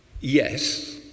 yes